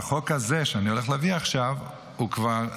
החוק הזה שאני הולך להעביר עכשיו הוא כבר,